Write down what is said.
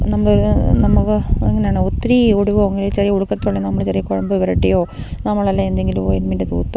നമുക്ക് എങ്ങനെയാണ് ഒത്തിരി ഒടിവോ അങ്ങനെ ചെറിയ ഉളുക്കൊക്കെയാണെങ്കില് നമ്മള് ചെറിയ കുഴമ്പ് പുരട്ടിയോ നമ്മളല്ലെങ്കില് എന്തെങ്കിലും ഓയിന്മെൻ്റ് തൂത്തോ